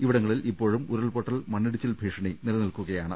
ഇവിടങ്ങളിൽ ഇപ്പോഴും ഉരുൾപൊട്ടൽ മണ്ണിടിച്ചിൽ ഭീഷണി നിലനിൽക്കുകയാണ്